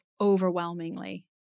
overwhelmingly